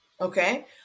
Okay